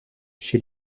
chez